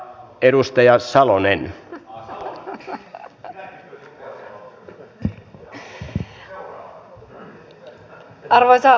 kiitos ministerille tästä ilmoituksesta